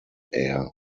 air